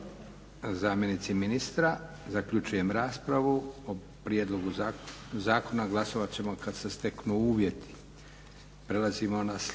zamjenici ministra. Zaključujem raspravu. O prijedlogu zakona glasovat ćemo kad se steknu uvjeti. **Leko, Josip